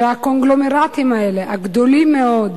שהקונגלומרטים האלה, הגדולים מאוד,